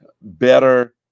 better